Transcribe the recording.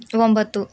ತೊಂಬತ್ತು